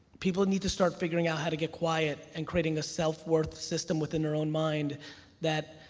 people need to start figuring out how to get quiet and creating a self-worth system within their own mind that